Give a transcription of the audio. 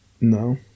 No